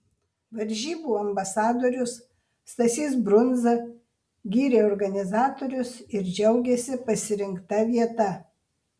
varžybų ambasadorius stasys brundza gyrė organizatorius ir džiaugėsi pasirinkta vieta